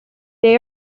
they